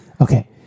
Okay